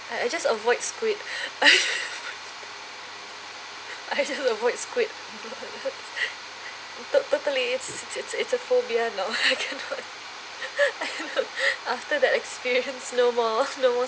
uh I just avoid squid I just avoids squid to~ totally it's it's it's it's it's a phobia now I cannot I cannot after that experience no more no more